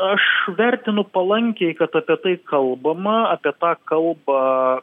aš vertinu palankiai kad apie tai kalbama apie tą kalba